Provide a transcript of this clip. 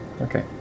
Okay